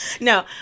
No